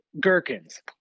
gherkins